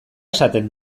esaten